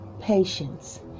patience